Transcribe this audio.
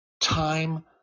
Time